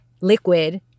liquid